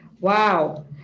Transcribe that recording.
wow